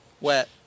wet